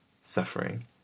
suffering